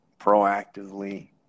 proactively